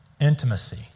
intimacy